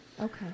Okay